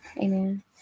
Amen